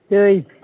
दै